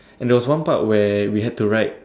and there was one part where we had to write